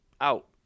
Out